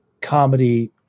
comedy